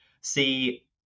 see